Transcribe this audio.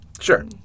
Sure